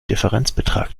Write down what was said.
differenzbetrag